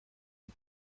ein